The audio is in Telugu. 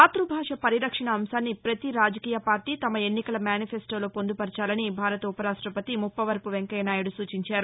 మాతృభాష పరిరక్షణ అంశాన్ని పతీరాజకీయపార్టీ తమ ఎన్నికల మేనిఫెస్టోలో పొందుపరచాలని భారత ఉపరాష్టపతి ముప్పవరపు వెంకయ్యనాయుడు సూచించారు